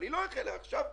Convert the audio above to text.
היא לא החלה עכשיו.